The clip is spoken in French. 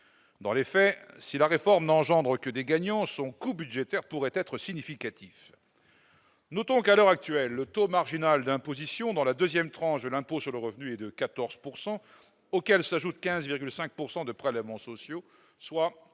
Dans les faits, si la réforme n'engendre que des gagnants, son coût budgétaire pourrait être significatif. Notons qu'à l'heure actuelle le taux marginal d'imposition dans la deuxième tranche de l'impôt sur le revenu est de 14 %, auxquels s'ajoutent 15,5 % de prélèvements sociaux, soit